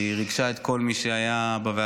היא ריגשה את כל מי שהיה בוועדה,